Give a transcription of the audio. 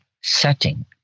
setting